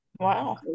Wow